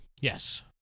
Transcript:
Yes